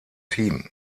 team